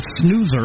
snoozer